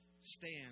stand